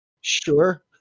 Sure